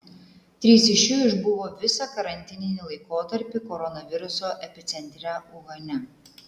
trys iš jų išbuvo visą karantininį laikotarpį koronaviruso epicentre uhane